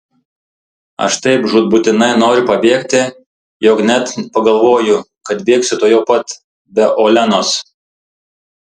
aš taip žūtbūtinai noriu pabėgti jog net pagalvoju kad bėgsiu tuojau pat be olenos